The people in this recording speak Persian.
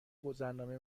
گذرنامه